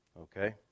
Okay